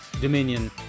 Dominion